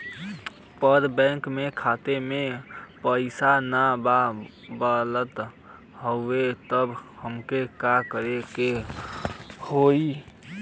पर बैंक मे खाता मे पयीसा ना बा बोलत हउँव तब हमके का करे के होहीं?